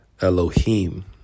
Elohim